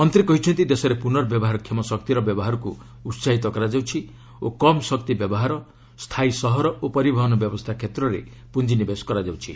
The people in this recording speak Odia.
ମନ୍ତ୍ରୀ କହିଛନ୍ତି ଦେଶରେ ପୁର୍ନବ୍ୟବହାର କ୍ଷମ ଶକ୍ତିର ବ୍ୟବହାରକୁ ଉସାହିତ କରାଯାଉଛି ଓ କମ୍ ଶକ୍ତି ବ୍ୟବହାର ସ୍ଥାୟୀ ସହର ଓ ପରିବହନ ବ୍ୟବସ୍ଥା କ୍ଷେତ୍ରରେ ପୁଞ୍ଜିନିବେଶ କରାଯାଉଛି